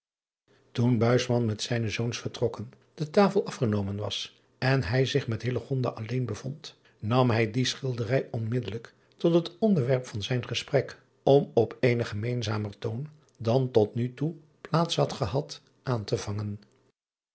oen met zijne zoons vertrokken de tafel afgenomen was en hij zich met alleen bevond nam hij die schilderij onmiddellijk tot het onderwerp van zijn gesprek om op eenen gemeenzamer toon dan tot nu toe plaats had gehad aan te vangen